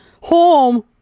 home